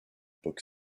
book